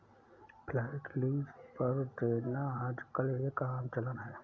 flat lease पर देना आजकल एक आम चलन है